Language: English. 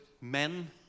men